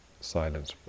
silence